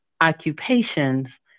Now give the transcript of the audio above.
occupations